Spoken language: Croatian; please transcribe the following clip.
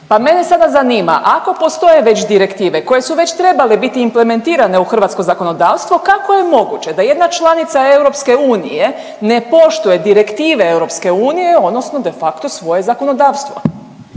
Pa mene sada zanima, ako postoje već direktive koje su već trebale biti implementirane u hrvatsko zakonodavstvo kako je moguće da jedna članica EU ne poštuje direktive EU odnosno de facto svoje zakonodavstvo?